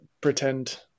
pretend